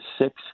six